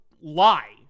lie